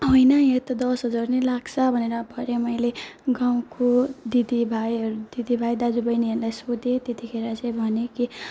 होइन यो त दस हजार नै लाग्छ भनेर भने मैले गाउँको दिदीभाइहरू दिदीभाइ दाजुबैनीहरूलाई सोधेँ त्यतिखेर चाहिँ भने कि